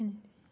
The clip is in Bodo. एसेनो